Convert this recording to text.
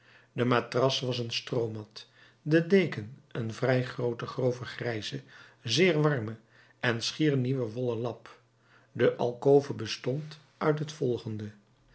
de matras was een stroomat de deken een vrij groote grove grijze zeer warme en schier nieuwe wollen lap de alkove bestond uit het volgende